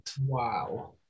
Wow